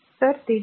तर ते 0